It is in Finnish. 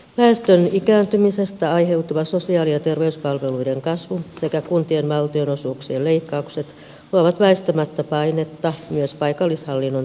väestön ikääntymisestä aiheutuva sosiaali ja terveyspalveluiden kasvu sekä kuntien valtionosuuksien leikkaukset luovat väistämättä painetta myös paikallishallinnon talouteen